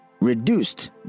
reduced